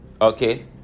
Okay